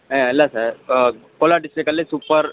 ಏ ಅಲ್ಲ ಸರ್ ಕೋಲಾರ ಡಿಸ್ಟಿಕಲ್ಲಿ ಸೂಪರ್